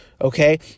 Okay